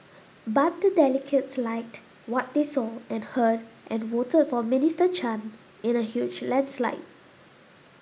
but the delegates liked what they saw and heard and voted for Minister Chan in a huge landslide